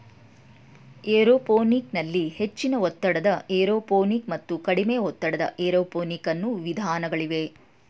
aeroponic ನಲ್ಲಿ ಹೆಚ್ಚಿನ ಒತ್ತಡದ ಏರೋಪೋನಿಕ್ ಮತ್ತು ಕಡಿಮೆ ಒತ್ತಡದ ಏರೋಪೋನಿಕ್ ಅನ್ನೂ ವಿಧಾನಗಳಿವೆ